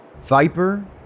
Viper